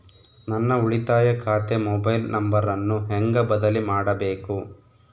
ನನ್ನ ಉಳಿತಾಯ ಖಾತೆ ಮೊಬೈಲ್ ನಂಬರನ್ನು ಹೆಂಗ ಬದಲಿ ಮಾಡಬೇಕು?